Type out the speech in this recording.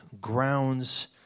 grounds